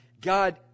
God